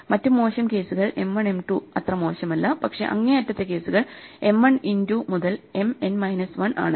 മറ്റ് മോശം കേസുകൾ M 1 M 2 അത്ര മോശമല്ല പക്ഷേ അങ്ങേയറ്റത്തെ കേസുകൾ M 1 ഇന്റു മുതൽ M n മൈനസ് 1 ആണ്